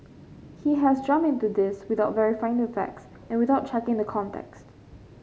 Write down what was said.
he has jump into this without verifying the facts and without checking the context